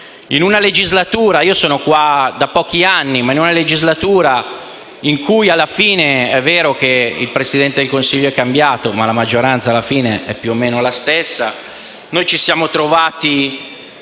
In una legislatura - sono qui da pochi anni - in cui è vero che il Presidente del Consiglio è cambiato, ma la maggioranza, alla fine, è più o meno la stessa, noi ci siamo trovati